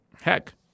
heck